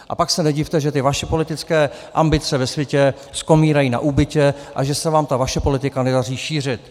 A pak se nedivte, že ty vaše politické ambice ve světě skomírají na úbytě a že se vám ta vaše politika nedaří šířit.